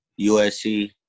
USC